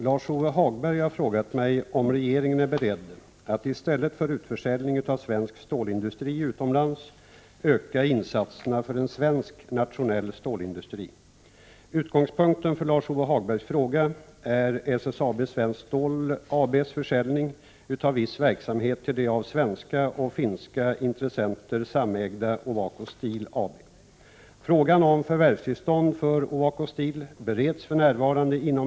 Torsken håller på att ta slut i Bottenhavet. Hälften av dem som arbetar med fiske i Västernorrlands län söker nya arbeten. Efter några års intensivt trålfiske är flera årsklasser av torsk nästan utrotade. Torskfisket utefter Norrlandskusten med trål måste förbjudas. SSAB-styrelsen har under ledning av Björn Wahlström överenskommit med finska stålföretaget Ovako Steel om försäljning av delar av SSAB:s verksamheter i Luleå och Domnarvet. Utförsäljningen av dessa enheter krymper den svenska stålindustrins framtid. I överenskommelsen finns inga garantier om att verksamheterna eller jobben blir kvar på de svenska bruksorterna.